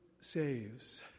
saves